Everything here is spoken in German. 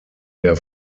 der